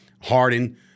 Harden